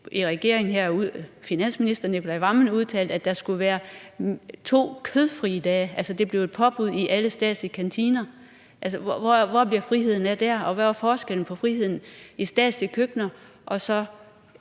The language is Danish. regeringen ved finansminister Nicolai Wammen udtalte, at der skulle være to kødfrie dage, altså at det blev et påbud i alle statslige kantiner. Hvor bliver friheden af dér, og hvad er forskellen mellem frihed i statslige køkkener og